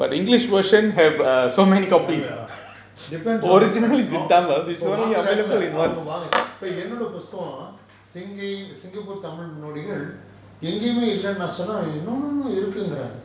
depends on வாங்குறாங்களா அவங்க வாங்கு இப்ப என்னோட புஸ்தகம்:vaanguraangalla avanga vaangu ippe ennoda pusthakam singapore tamil முன்னோடிகள் எங்கயுமே இல்லன்டு நா சொன்னா:munnodigal engayum illandu naa sonna no no no இருக்குங்குறாங்க:irukugkuranga